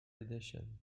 edition